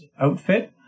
outfit